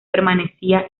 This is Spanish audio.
permanecía